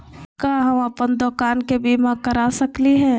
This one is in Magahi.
का हम अप्पन दुकान के बीमा करा सकली हई?